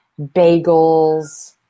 bagels